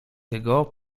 jego